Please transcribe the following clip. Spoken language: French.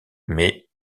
mais